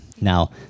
Now